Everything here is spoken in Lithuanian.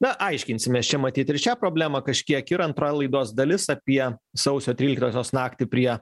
na aiškinsimės čia matyt ir šią problemą kažkiek ir antra laidos dalis apie sausio tryliktosios naktį prie